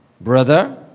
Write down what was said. Brother